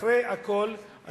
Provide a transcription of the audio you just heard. אחרי הכול,